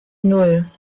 nan